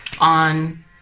on